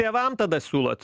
tėvam tada siūlot